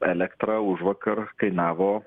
elektra užvakar kainavo